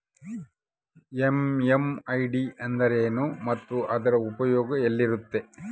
MMID ಎಂದರೇನು ಮತ್ತು ಅದರ ಉಪಯೋಗ ಎಲ್ಲಿರುತ್ತೆ?